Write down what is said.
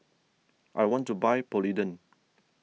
I want to buy Polident